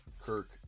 Kirk